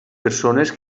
persones